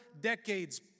decades